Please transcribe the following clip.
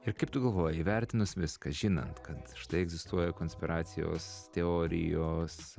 ir kaip tu galvoji įvertinus viską žinant kad štai egzistuoja konspiracijos teorijos